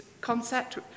concept